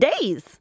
days